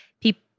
people